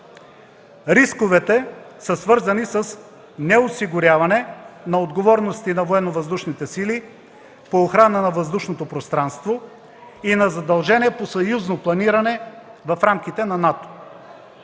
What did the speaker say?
Рисковете са свързани с неосигуряване на отговорности на Военновъздушните сили по охрана на въздушното пространство и на задължения по съюзно планиране в рамките на НАТО.